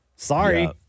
Sorry